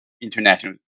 International